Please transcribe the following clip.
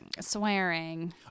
swearing